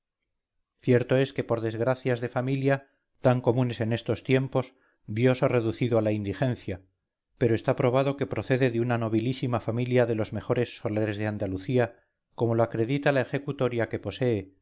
cierto es que por desgracias de familia tan comunes en estos tiempos viose reducido a la indigencia pero está probado que procede de una nobilísima familia de los mejores solares de andalucía como lo acredita la ejecutoria que posee